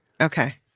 Okay